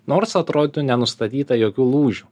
nors atrodytų nenustatyta jokių lūžių